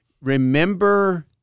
remember